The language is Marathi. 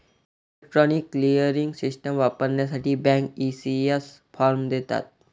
इलेक्ट्रॉनिक क्लिअरिंग सिस्टम वापरण्यासाठी बँक, ई.सी.एस फॉर्म देतात